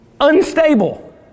Unstable